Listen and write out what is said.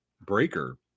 breaker